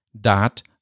dot